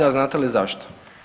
A znate li zašto?